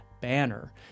Banner